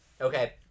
Okay